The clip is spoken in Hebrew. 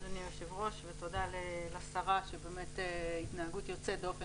אדוני היושב-ראש ותודה לשרה - באמת התנהגות יוצאת דופן